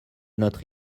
notre